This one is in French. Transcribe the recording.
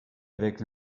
avec